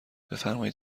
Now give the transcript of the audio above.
بفرمایید